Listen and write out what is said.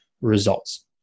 results